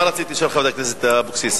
כן, מה רצית לשאול, חברת הכנסת אבקסיס?